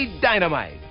Dynamite